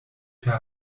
per